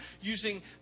using